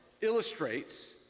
illustrates